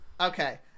Okay